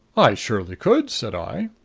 i surely could, said i.